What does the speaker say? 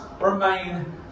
remain